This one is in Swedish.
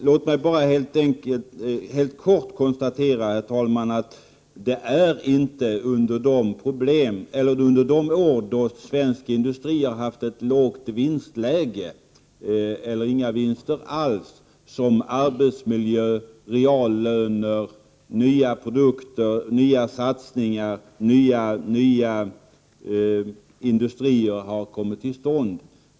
Låt mig bara helt kort konstatera, herr talman, att det inte är under de år då svensk industri har haft ett lågt vinstläge eller inga vinster alls som bättre arbetsmiljö, reallöner, nya produkter, nya satsningar och nya industrier har kommit till stånd.